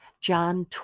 John